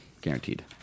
guaranteed